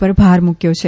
પર ભાર મુકયો છે